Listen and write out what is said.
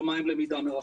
יומיים למידה מרחוק.